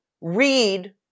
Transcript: read